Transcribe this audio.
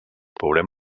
veurem